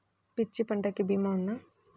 మిర్చి పంటకి భీమా ఉందా?